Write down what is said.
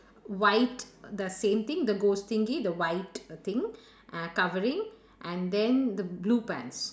white the same thing the ghost thingy the white thing uh covering and then the blue pants